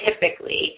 typically